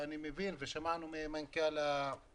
אני מבין ושמענו יש